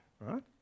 right